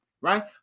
right